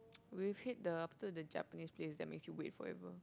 we've hit the after the Japanese place that makes you wait forever